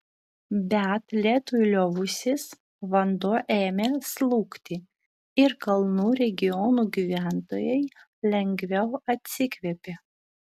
bet lietui liovusis vanduo ėmė slūgti ir kalnų regionų gyventojai lengviau atsikvėpė